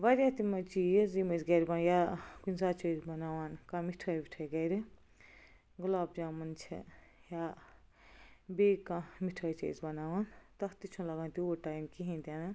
واریاہ تِم چیز یم أسۍ گھرِ بن یا کُنہِ ساتہٕ چھِ أسۍ بناوان کانٚہہ مِٹھٲے وِٹھٲے گھرِ گۄلاب جامَن چھِ یا بییٚہِ کانٚہہ مِٹھٲے چھِ أسۍ بناوان تتھ تہِ چھُنہٕ لگان تیوٗت ٹایم کہیٖنۍ تہِ نہٕ